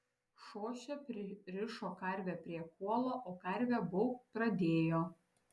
šošė pririšo karvę prie kuolo o karvė baubt pradėjo